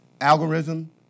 Algorithm